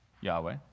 Yahweh